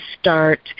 start